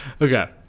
Okay